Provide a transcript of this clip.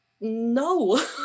No